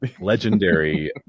legendary